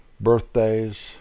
birthdays